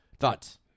Thoughts